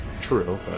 True